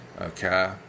Okay